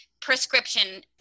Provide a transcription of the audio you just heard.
prescription